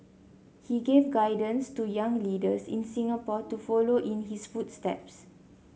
he gave guidance to young leaders in Singapore to follow in his footsteps